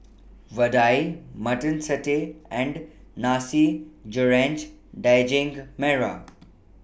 Vadai Mutton Satay and Nasi Goreng Daging Merah